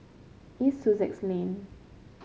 East Sussex Lane